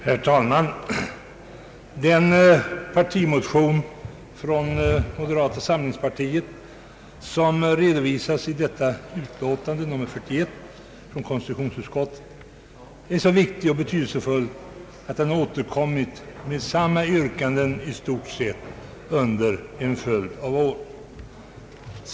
Herr talman! Den partimotion från moderata samlingspartiet, som redovisas i utlåtande nr 41 från konstitutionsutskottet, är så viktig och betydelsefull att den återkommit med i stort sett samma yrkanden under en följd av år.